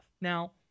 Now